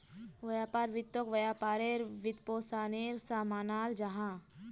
व्यापार वित्तोक व्यापारेर वित्त्पोशानेर सा मानाल जाहा